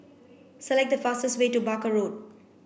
select the fastest way to Barker Road